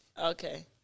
Okay